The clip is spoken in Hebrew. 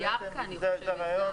בירכא אני חושבת.